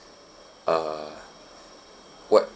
uh what